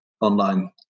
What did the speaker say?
online